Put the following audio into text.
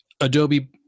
Adobe